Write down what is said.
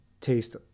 taste